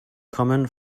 common